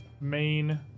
main